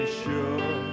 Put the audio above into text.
sure